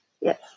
Yes